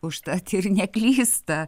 užtat ir neklysta